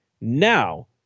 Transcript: Now